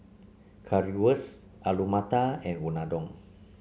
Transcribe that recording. Currywurst Alu Matar and Unadon